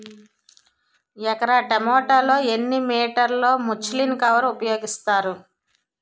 ఎకర టొమాటో లో ఎన్ని మీటర్ లో ముచ్లిన్ కవర్ ఉపయోగిస్తారు?